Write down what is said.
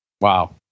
wow